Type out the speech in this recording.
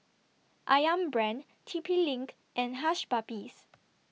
Ayam Brand T P LINK and Hush Puppies